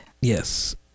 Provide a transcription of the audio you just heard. Yes